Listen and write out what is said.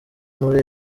muri